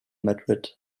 madrid